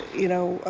you know,